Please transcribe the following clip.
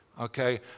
Okay